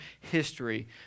history